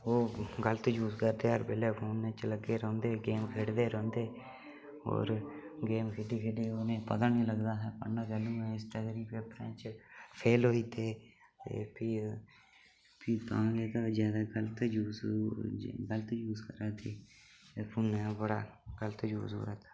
ओह गलत यूज करदे हर बैल्ले फोनै च लग्गे रौह्न्दे गेम खेढदे रौह्न्दे होर गेम खेढी खेढी उनेंगी पता नी लगदा अहें पढ़ना केलू ऐ इसदे करी पेपरें च फेल होई जंदे ते फ्ही फ्ही तां गै एह्दा ज्यादा गलत यूज गलत यूज करै दे फोनै दा बड़ा गलत यूज होआ दा